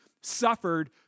suffered